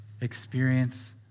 experience